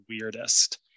weirdest